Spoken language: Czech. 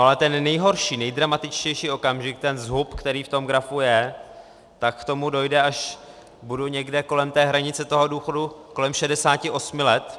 Ale ten nejhorší, nejdramatičtější okamžik, ten zhup, který v tom grafu je, k tomu dojde, až budu někde kolem hranice toho důchodu, kolem šedesáti osmi let.